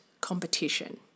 competition